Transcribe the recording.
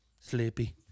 Sleepy